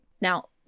now